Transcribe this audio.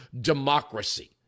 democracy